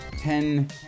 Ten